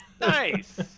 Nice